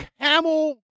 camel